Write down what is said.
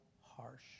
harsh